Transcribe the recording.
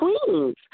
Queens